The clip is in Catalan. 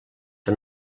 que